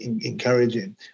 encouraging